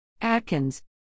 Atkins